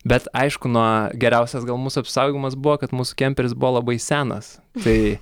bet aišku na geriausias gal mūsų apsisaugojimas buvo kad mūsų kemperis buvo labai senas tai